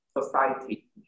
society